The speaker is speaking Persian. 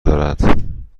دارد